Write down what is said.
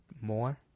more